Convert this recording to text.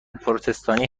پروتستانی